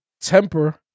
temper